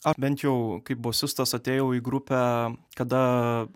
aš bent jau kaip bosistas atėjau į grupę kada